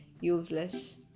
useless